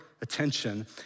attention